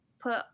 put